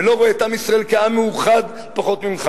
ולא רואה את עם ישראל כעם מאוחד פחות ממך